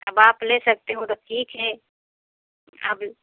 अब आप ले सकते हो तो ठीक है अब